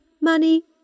money